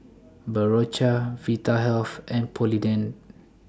Berocca Vitahealth and Polident